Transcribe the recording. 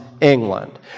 England